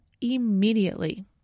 immediately